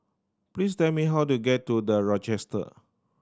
please tell me how to get to The Rochester